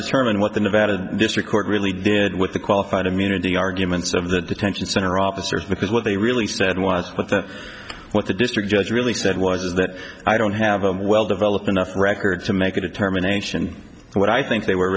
determine what the nevada this record really did with the qualified immunity arguments of the detention center officers because what they really said was what the what the district judge really said was that i don't have them well developed enough records to make a determination what i think they were